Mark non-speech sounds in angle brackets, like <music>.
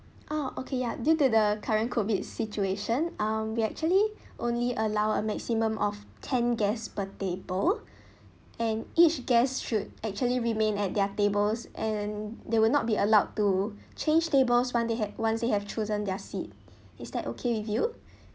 oh okay ya due to the current COVID situation um we actually <breath> only allow a maximum of ten guests per table <breath> and each guest should actually remain at their tables and they will not be allowed to change tables once they had once they have chosen their seat <breath> is that okay with you